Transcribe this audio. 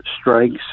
strikes